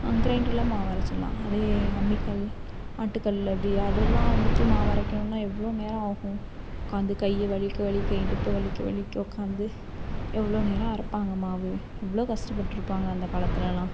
கிரைண்டரில் மாவு அரச்சிடலாம் அதே அம்மிக்கல் ஆட்டுக்கல் அப்படி அதிலலாம் வந்துட்டு மாவு அரைக்கணும்னா எவ்வளோ நேரம் ஆகும் உட்காந்து கை வலிக்க வலிக்க இடுப்பு வலிக்க வலிக்க உட்காந்து எவ்வளோ நேரம் அரைப்பாங்க மாவு எவ்வளோ கஷ்டப்பட்ருப்பாங்க அந்த காலத்திலலாம்